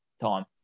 time